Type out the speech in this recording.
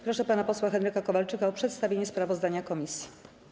Proszę pana posła Henryka Kowalczyka o przedstawienie sprawozdania komisji.